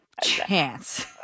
chance